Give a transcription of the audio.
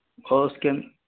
اور اس کے